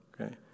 okay